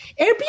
Airbnb